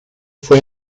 fue